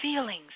feelings